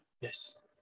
Yes